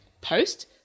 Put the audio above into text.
post